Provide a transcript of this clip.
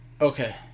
Okay